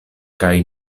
kaj